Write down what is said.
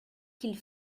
qu’il